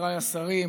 חבריי השרים,